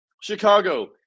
Chicago